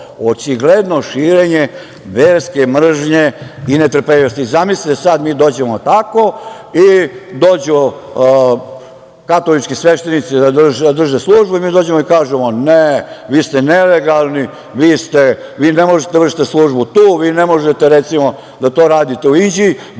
očigledno širenje verske mržnje i netrpeljivosti. Zamislite sada da mi dođemo tako i dođu katolički sveštenici da drže službu i kažemo - ne, vi ste nelegalni, vi ne možete da vršite službu tu, vi ne možete, recimo, da to radite u Inđiji,